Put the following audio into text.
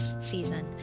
season